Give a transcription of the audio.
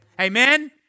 Amen